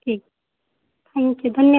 ठीक thank you धन्यवाद